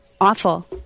awful